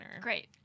Great